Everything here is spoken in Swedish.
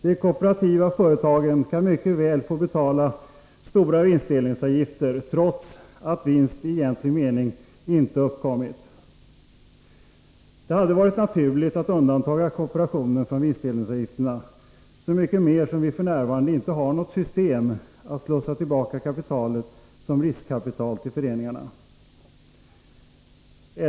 De kooperativa företagen kan mycket väl få betala stora vinstdelningsavgifter, trots att vinst i egentlig mening inte uppkommit. Det hade varit naturligt att undanta kooperationen från vinstdelningsavgifterna, så mycket mer som vi f. n. inte har något system att slussa tillbaka kapitalet som riskkapital till föreningarna.